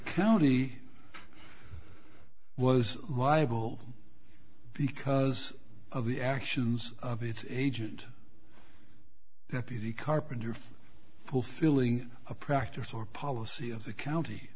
county was liable because of the actions of its agent that the carpenter from fulfilling a practice or policy of the county